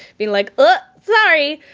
being like uh! sorry!